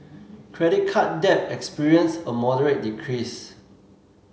credit card debt experienced a moderate decrease